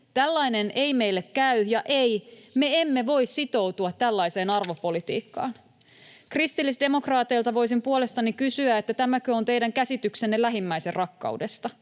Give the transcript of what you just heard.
tällainen ei meille käy ja ei, me emme voi sitoutua tällaiseen arvopolitiikkaan? Kristillisdemokraateilta voisin puolestani kysyä: Tämäkö on teidän käsityksenne lähimmäisenrakkaudesta?